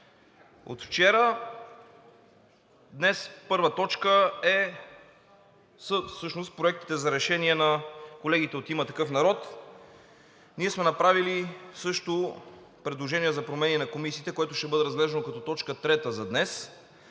от вчера, днес първа точка са проектите за решение на колегите от „Има такъв народ“. Ние сме направили също предложения за промени на комисиите, което ще бъде разглеждано като точка трета за днес.